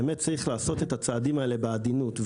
באמת צריך לעשות את הצעדים האלה בעדינות.